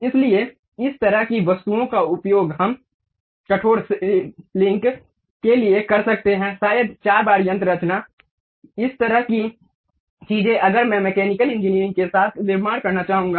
इसलिए इस प्रकार की वस्तुओं का उपयोग हम कठोर शरीर लिंक के लिए कर सकते हैं शायद चार बार यंत्ररचना इस तरह की चीजें अगर मैं मैकेनिकल इंजीनियरिंग के साथ निर्माण करना चाहूंगा